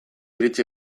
iritzi